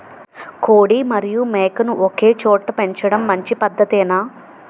కోడి మరియు మేక ను ఒకేచోట పెంచడం మంచి పద్ధతేనా?